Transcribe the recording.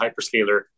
hyperscaler